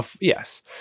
Yes